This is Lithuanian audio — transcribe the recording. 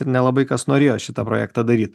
ir nelabai kas norėjo šitą projektą daryt